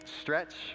Stretch